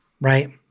right